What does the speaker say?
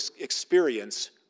experience